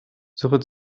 suche